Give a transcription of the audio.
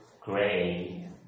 gray